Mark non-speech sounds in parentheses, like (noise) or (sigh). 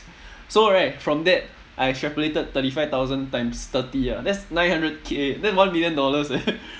so right from that I extrapolated thirty five thousands times thirty ah that's nine hundred K that's one million dollars eh (laughs)